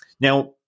now